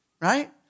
right